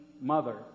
mother